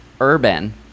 urban